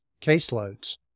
caseloads